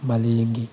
ꯃꯥꯂꯦꯝꯒꯤ